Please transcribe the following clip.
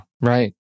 right